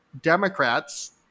Democrats